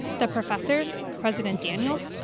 the professors? president daniels?